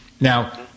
Now